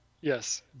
Yes